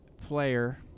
player